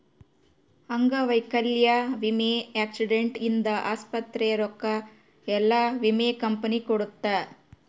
ಅಂಗವೈಕಲ್ಯ ವಿಮೆ ಆಕ್ಸಿಡೆಂಟ್ ಇಂದ ಆಸ್ಪತ್ರೆ ರೊಕ್ಕ ಯೆಲ್ಲ ವಿಮೆ ಕಂಪನಿ ಕೊಡುತ್ತ